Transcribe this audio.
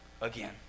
again